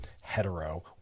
hetero